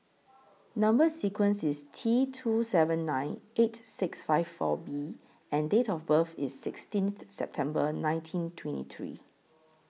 Number sequence IS T two seven nine eight six five four B and Date of birth IS sixteen September nineteen twenty three